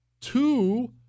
two